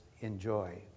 enjoy